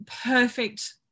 perfect